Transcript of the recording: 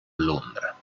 londra